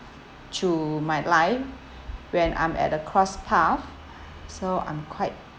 to my life when I'm at a cross path so I'm quite